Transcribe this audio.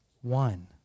one